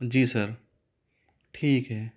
जी sir ठीक है